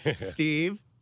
Steve